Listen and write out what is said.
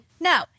No